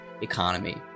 economy